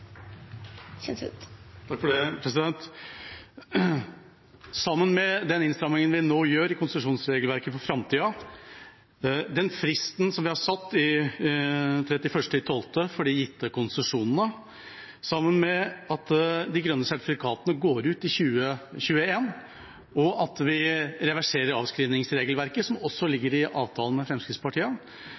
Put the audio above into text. Den innstrammingen vi nå gjør i konsesjonsregelverket for framtida, fristen som vi har satt til 31. desember for de gitte konsesjonene, sammen med at de grønne sertifikatene går ut i 2021, og at vi reverserer avskrivningsregelverket, som også ligger i avtalen med